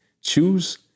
choose